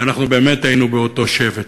ואנחנו באמת היינו באותו שבט.